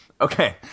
Okay